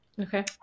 Okay